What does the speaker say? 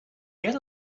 get